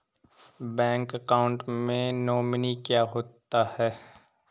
Bank account में nominee क्या होता है?